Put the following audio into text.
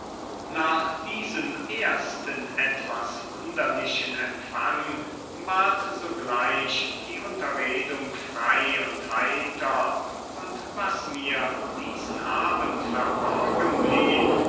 nach diesem ersten etwas wunderlichen empfang ward sogleich die unterredung frei und heiter und was mir diesen abend verborgen blieb